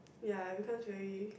ya because very